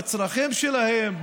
בצרכים שלהם,